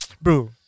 Bro